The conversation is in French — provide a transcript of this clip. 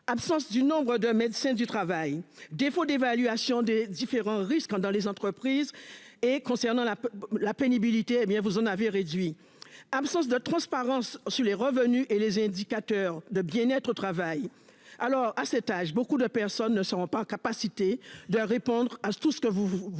Absence du nombre de médecins du travail. Défaut d'évaluation des différents risques dans les entreprises et concernant la la pénibilité bien vous en avez réduit, absence de transparence sur les revenus et les indicateurs de bien-. Être au travail. Alors à cet âge. Beaucoup de personnes ne sont pas en capacité de répondre à tout ce que vous voulez